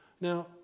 Now